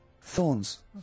Thorns